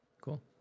cool